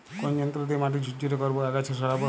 কোন যন্ত্র দিয়ে মাটি ঝুরঝুরে করব ও আগাছা সরাবো?